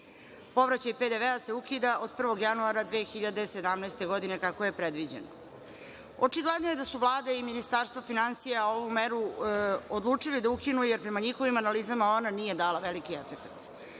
Povraćaj PDV-a se ukida od 1. januara 2017. godine, kako je predviđeno. Očigledno je da su Vlada i Ministarstvo finansija ovu meru odlučili da ukinu jer prema njihovim analizama ona nije dala veliki efekat.